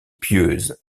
pieuse